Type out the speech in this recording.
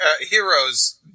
heroes –